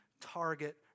target